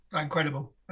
Incredible